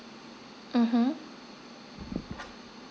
mmhmm